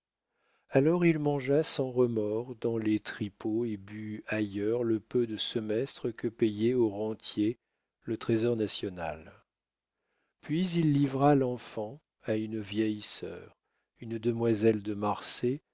alors il mangea sans remords dans les tripots et but ailleurs le peu de semestres que payait aux rentiers le trésor national puis il livra l'enfant à une vieille sœur une demoiselle de marsay